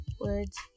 Words